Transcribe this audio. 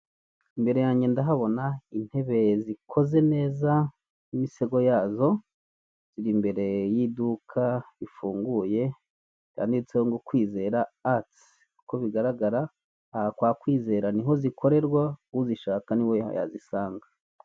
Imbere yanjye ndahabona intebe zikoze neza n'imisego yazo, ziri imbere y'iduka rifunguye, ryanditseho ngo Kwizera atsi. Uko bigaragara, aha kwa Kwizera ni ho zikorerwa, uzishaka ni ho yazisanga.